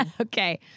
Okay